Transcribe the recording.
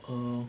err